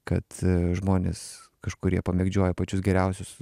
kad žmonės kažkurie pamėgdžioja pačius geriausius